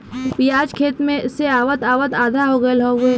पियाज खेत से आवत आवत आधा हो गयल हउवे